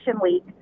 Week